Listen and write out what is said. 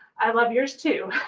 i love yours, too.